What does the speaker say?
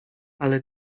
ale